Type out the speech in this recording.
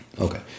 okay